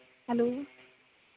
hello